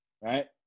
Right